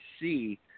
see